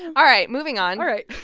all right, moving on all right.